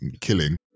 killing